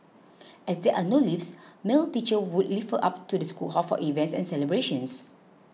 as there are no lifts male teachers would lift her up to the school hall for events and celebrations